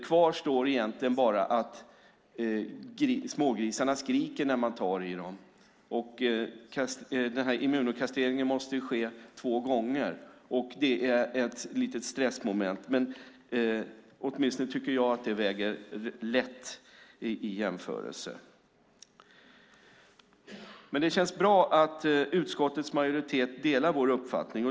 Kvar står egentligen bara att smågrisarna skriker när man tar i dem. Immunokastreringen måste ske två gånger. Det är ett litet stressmoment, men åtminstone tycker jag att de väger lätt i jämförelse. Det känns bra att utskottets majoritet delar vår uppfattning.